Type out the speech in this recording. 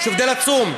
יש הבדל עצום.